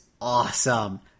awesome